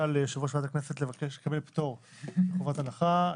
ליושב ראש ועדת הכנסת לקבל פטור מחובת הנחה,